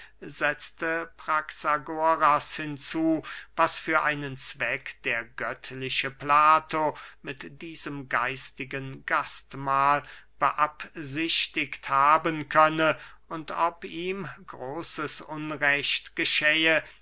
setzte praxagoras hinzu was für einen zweck der göttliche plato mit diesem geistigen gastmahl beabsichtigt haben könne und ob ihm großes unrecht geschähe